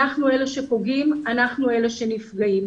אנחנו אלה שפוגעים, אנחנו שאלה שנפגעים.